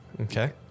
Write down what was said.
okay